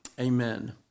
Amen